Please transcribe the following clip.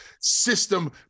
system